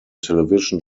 television